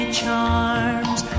charms